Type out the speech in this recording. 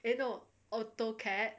you know AutoCAD